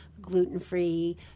gluten-free